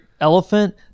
elephant